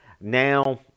Now